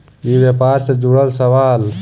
ई व्यापार से जुड़ल सवाल?